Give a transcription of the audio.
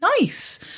Nice